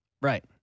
right